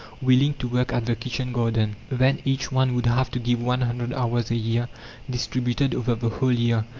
willing to work at the kitchen garden then, each one would have to give one hundred hours a year distributed over the whole year.